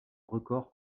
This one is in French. records